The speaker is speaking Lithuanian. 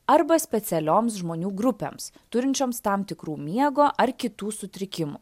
arba specialioms žmonių grupėms turinčioms tam tikrų miego ar kitų sutrikimų